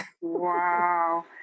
Wow